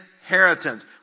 inheritance